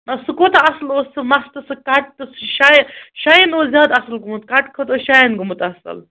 نہَ سُہ کوٗتاہ اَصٕل اوس سُہ مَستہٕ سُہ کَٹ تہٕ سُہ شا شایَن اوس زیادٕ اَصٕل گوٚمُت کَٹہٕ کھۄتہٕ اوس شایَن گوٚمُت اَصٕل